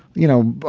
you know